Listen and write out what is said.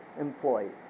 employees